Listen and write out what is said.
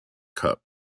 cup